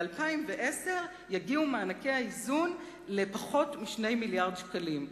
ב-2010 יגיעו מענקי האיזון לפחות מ-2 מיליארדי שקלים.